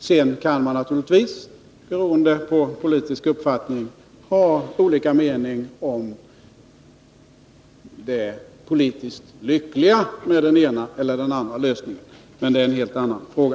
Sedan kan man naturligtvis, beroende på politisk uppfattning, ha olika mening om det politiskt lyckliga med den ena eller andra lösningen. Men det är en helt annan fråga.